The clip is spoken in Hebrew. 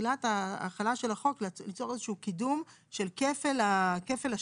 של כפל השיעור.